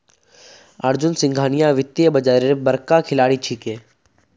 अर्जुन सिंघानिया वित्तीय बाजारेर बड़का खिलाड़ी छिके